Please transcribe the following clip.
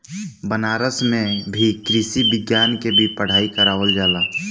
बनारस में भी कृषि विज्ञान के भी पढ़ाई करावल जाला